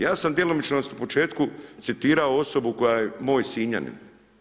Ja sam djelomično u početku citirao osobu koja je moj Sinjanin.